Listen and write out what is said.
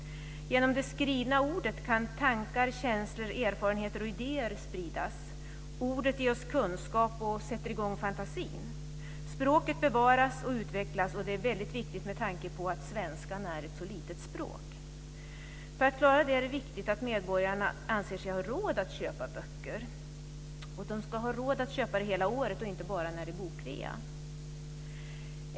Genom det skrivna ordet kan tankar, känslor, erfarenheter och idéer spridas. Ordet ger oss kunskap och sätter i gång fantasin. Språket bevaras och utvecklas, vilket är väldigt viktigt med tanke på att svenskan är ett så litet språk. För att vi ska klara detta är det viktigt att medborgarna anser sig ha råd att köpa böcker. De ska också ha råd att göra det hela året och inte bara när det är bokrea.